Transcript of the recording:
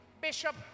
Bishop